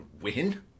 win